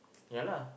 yeah lah